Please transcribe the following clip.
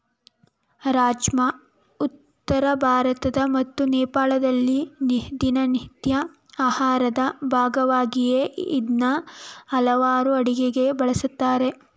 ರಾಜ್ಮಾ ಉತ್ತರ ಭಾರತ ಮತ್ತು ನೇಪಾಳದಲ್ಲಿ ನಿತ್ಯದ ಆಹಾರದ ಭಾಗವಾಗಯ್ತೆ ಇದ್ನ ಹಲವಾರ್ ಅಡುಗೆಗೆ ಬಳುಸ್ತಾರೆ